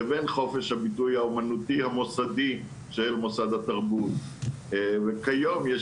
לבין חופש הביטוי האמנותי המוסדי של מוסד התרבות וכיום יש